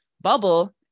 bubble